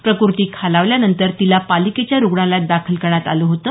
प्रकृती खालावल्यानंतर तिला पालिकेच्या रुग्णालयात दाखल करण्यात आलं होतं